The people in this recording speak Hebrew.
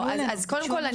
אז קודם כל,